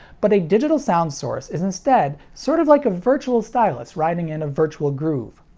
but a digital sound source is instead sort of like a virtual stylus riding in a virtual groove.